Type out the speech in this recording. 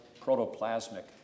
protoplasmic